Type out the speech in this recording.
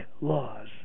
laws